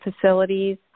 facilities